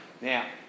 Now